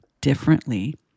differently